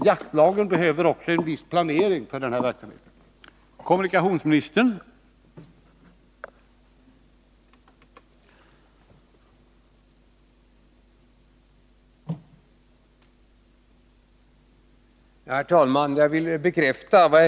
Jaktlagen behöver också en viss planering för den 7 april 1981 här verksamheten.